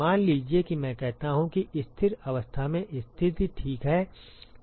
मान लीजिए कि मैं कहता हूं कि स्थिर अवस्था में स्थिति ठीक है